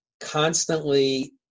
constantly